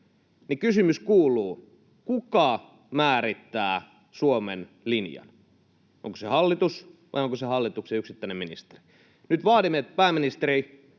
toisin, kysymys kuuluu: Kuka määrittää Suomen linjan? Onko se hallitus, vai onko se hallituksen yksittäinen ministeri? Nyt vaadimme, että pääministeri